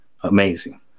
amazing